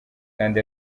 kandi